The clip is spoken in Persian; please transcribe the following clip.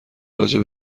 راجع